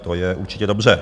To je určitě dobře.